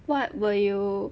what were you